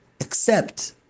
accept